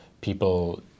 people